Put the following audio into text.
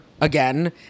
again